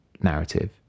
narrative